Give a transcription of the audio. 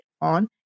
on